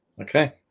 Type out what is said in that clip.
Okay